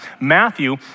Matthew